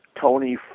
Tony